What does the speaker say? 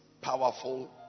powerful